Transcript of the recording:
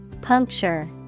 Puncture